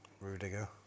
Rudiger